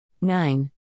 nine